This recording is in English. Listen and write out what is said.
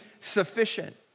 sufficient